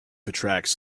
attracts